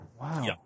Wow